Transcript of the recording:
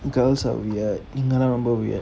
girls are weird நீங்கெல்லாம் ரொம்ப:neengellam romba weird